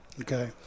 Okay